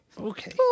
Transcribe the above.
Okay